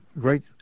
great